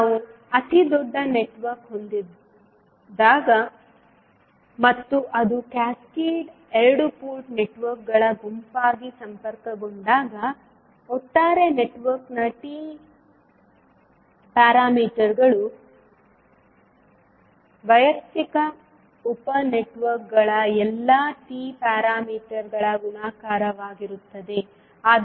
ನಾವು ಅತಿ ದೊಡ್ಡ ನೆಟ್ವರ್ಕ್ ಹೊಂದಿರುವಾಗ ಮತ್ತು ಅದು ಕ್ಯಾಸ್ಕೇಡ್ ಎರಡು ಪೋರ್ಟ್ ನೆಟ್ವರ್ಕ್ಗಳ ಗುಂಪಾಗಿ ಸಂಪರ್ಕಗೊಂಡಾಗ ಒಟ್ಟಾರೆ ನೆಟ್ವರ್ಕ್ನ T ನಿಯತಾಂಕವು ವೈಯಕ್ತಿಕ ಉಪ ನೆಟ್ವರ್ಕ್ಗಳ ಎಲ್ಲಾ T ನಿಯತಾಂಕಗಳ ಗುಣಾಕಾರವಾಗಿರುತ್ತದೆ